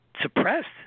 suppressed